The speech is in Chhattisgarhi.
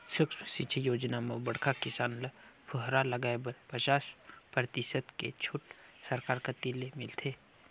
सुक्ष्म सिंचई योजना म बड़खा किसान ल फुहरा लगाए बर पचास परतिसत के छूट सरकार कति ले मिलथे